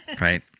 Right